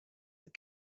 that